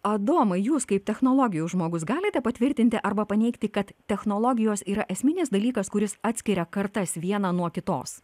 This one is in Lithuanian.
adomai jūs kaip technologijų žmogus galite patvirtinti arba paneigti kad technologijos yra esminis dalykas kuris atskiria kartas vieną nuo kitos